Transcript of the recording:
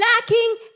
lacking